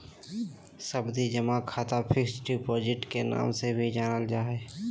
सावधि जमा खाता फिक्स्ड डिपॉजिट के नाम से भी जानल जा हय